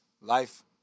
life